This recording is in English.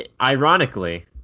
Ironically